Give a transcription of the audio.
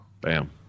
Bam